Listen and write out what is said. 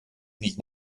nicht